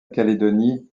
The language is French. calédonie